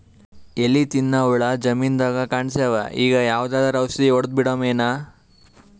ಎಲಿ ತಿನ್ನ ಹುಳ ಜಮೀನದಾಗ ಕಾಣಸ್ಯಾವ, ಈಗ ಯಾವದರೆ ಔಷಧಿ ಹೋಡದಬಿಡಮೇನ?